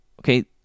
okay